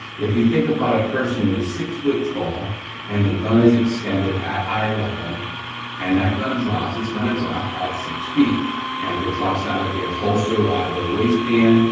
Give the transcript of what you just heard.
if you think about a person who is six foot tall and the gun is extended at eye level and that gun drops, it's gonna drop at six and if it drops out of their holster or out of their waistband,